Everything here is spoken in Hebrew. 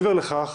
מעבר לכך,